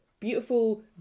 Beautiful